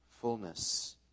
fullness